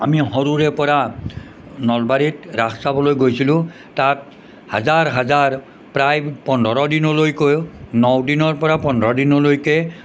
আমি সৰুৰে পৰা নলবাৰীত ৰাস চাবলৈ গৈছিলোঁ তাত হাজাৰ হাজাৰ প্ৰায় পোন্ধৰ দিনলৈকেও নদিনৰ পৰা পোন্ধৰ দিনলৈকে